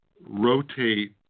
rotate